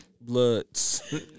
bloods